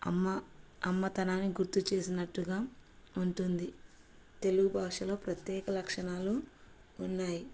అమ్మ అమ్మతనాన్ని గుర్తు చేసినట్టుగా ఉంటుంది తెలుగు భాషలో ప్రత్యేక లక్షణాలు ఉన్నాయి